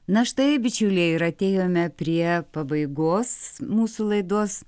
na štai bičiuliai ir atėjome prie pabaigos mūsų laidos